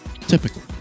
Typically